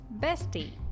Bestie